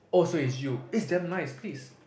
oh so it's you it's damn nice please